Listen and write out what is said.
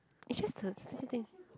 it's just the things